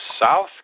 South